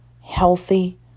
healthy